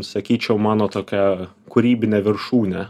sakyčiau mano tokia kūrybinė viršūnė